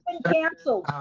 and canceled!